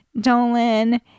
Dolan